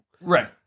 Right